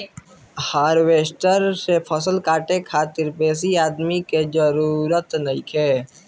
harvester से फसल काटे खातिर बेसी आदमी के जरूरत नइखे